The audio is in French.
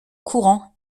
courant